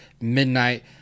midnight